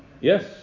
Yes